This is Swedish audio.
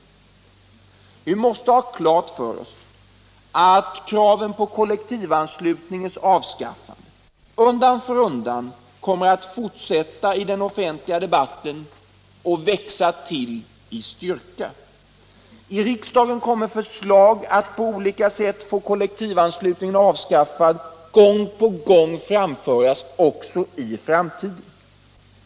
Vi måste ha klart för oss att kraven på kollektivanslutningens avskaffande undan för undan kommer att fortsätta i den offentliga debatten och växa till i styrka. I riksdagen kommer förslag att på olika sätt få kollektivanslutningen avskaffad att gång på gång framföras också i framtiden.